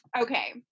okay